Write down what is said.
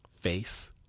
face